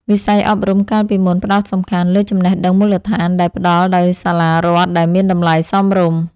វិស័យអប់រំកាលពីមុនផ្ដោតសំខាន់លើចំណេះដឹងមូលដ្ឋានដែលផ្ដល់ដោយសាលារដ្ឋដែលមានតម្លៃសមរម្យ។